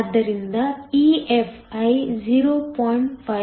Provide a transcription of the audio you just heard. ಆದ್ದರಿಂದ EFi 0